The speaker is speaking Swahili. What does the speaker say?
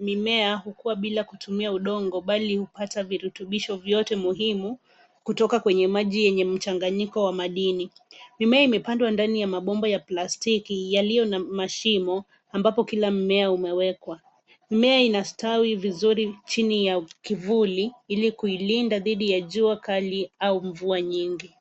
mimea hukua bila kutumia udongo bali hupata virutubisho vyote muhimu kutoka kwenye maji yenye mchanganyiko wa madini. Mimea imepandwa ndani ya mabomba ya plastiki yalio na mashimo ambapo kila mmea umewekwa. Mimea inastawi vizuri chini ya kivuli ili kuilinda thidhi ya jua kali au mvua nyingi.